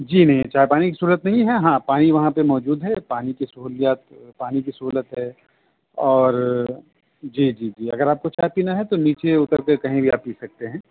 جی نہیں چائے پانی کی صورت نہیں ہے ہاں پانی وہاں پہ موجود ہے پانی کی سہولیات پانی کی سہولت ہے اور جی جی جی اگر آپ کو چائے پینا ہے تو نیچے اتر کے کہیں بھی آپ پی سکتے ہیں